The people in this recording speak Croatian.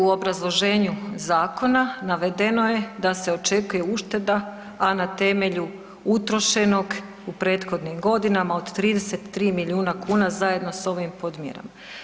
U obrazloženju zakona navedeno je da se očekuje ušteda, a na temelju utrošenog u prethodnim godinama od 33 milijuna kuna zajedno sa ovim podmjerama.